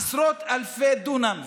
עשרות אלפי דונם.